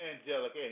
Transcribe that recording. angelic